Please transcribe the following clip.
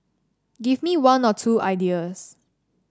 give me one or two ideas